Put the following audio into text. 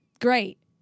great